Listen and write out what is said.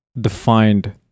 defined